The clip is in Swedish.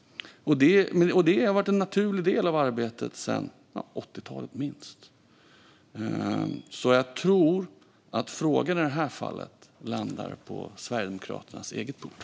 Detta har varit en naturlig del av arbetet sedan 80-talet, minst. Jag tror att frågan i det här fallet landar på Sverigedemokraternas eget bord.